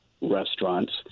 restaurants